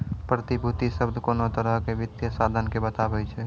प्रतिभूति शब्द कोनो तरहो के वित्तीय साधन के बताबै छै